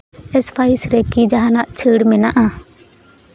spice ᱨᱮᱠᱤ ᱡᱟᱦᱟᱱᱟᱜ ᱪᱷᱟᱹᱲ ᱢᱮᱱᱟᱜᱼᱟ